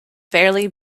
barely